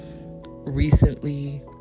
recently